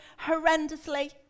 horrendously